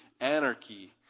anarchy